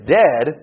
dead